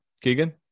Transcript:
Keegan